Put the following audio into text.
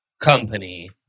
company